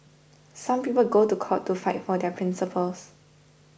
some people go to court to fight for their principles